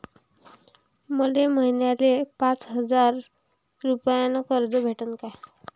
मले महिन्याले पाच हजार रुपयानं कर्ज भेटन का?